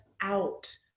out